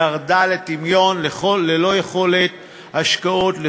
ירדה לטמיון ללא יכולת השקעות,